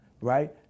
right